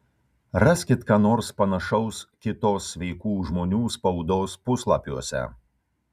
raskit ką nors panašaus kitos sveikų žmonių spaudos puslapiuose